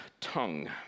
tongue